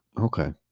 Okay